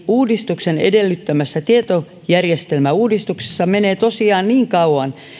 uudistuksen edellyttämässä tietojärjestelmäuudistuksessa menee niin kauan